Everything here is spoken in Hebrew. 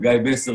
מספרים.